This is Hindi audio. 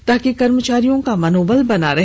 ताकि कर्मचारियों का मनोबल बना रहे